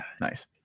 nice